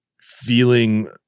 feeling